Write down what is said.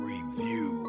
Review